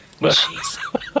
Jeez